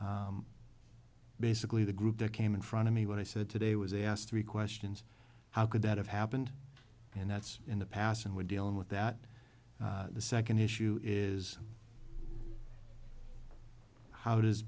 basically the group that came in front of me what i said today was asked three questions how could that have happened and that's in the past and we're dealing with that the second issue is how